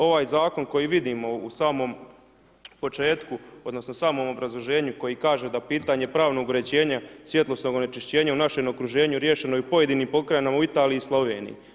Ovaj zakon koji vidimo u samom početku, odnosno u samom obrazloženju koji kaže da pitanje pravnog uređenja svjetlosnog onečišćenja u našem okruženju riješeno je u pojedinim pokrajinama i u Italiji i u Sloveniji.